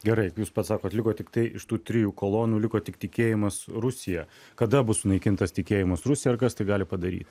gerai jūs pasakot liko tiktai iš tų trijų kolonų liko tik tikėjimas rusija kada bus sunaikintas tikėjimas rusija ir kas tai gali padaryti